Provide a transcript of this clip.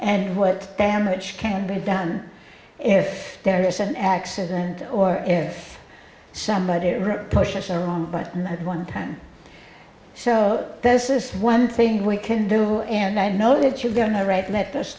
and what damage can be done if there is an accident or if somebody pushes the wrong button at one time so this is one thing we can do and i know that you're going to write that this